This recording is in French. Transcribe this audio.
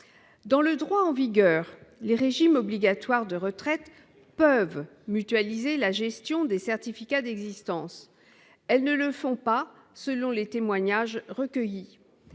dans le droit en vigueur les régimes obligatoires de retraite peuvent mutualiser la gestion des certificats d'existence, elles ne le font pas, selon les témoignages recueillis,